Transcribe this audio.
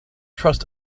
trust